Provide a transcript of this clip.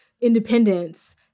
independence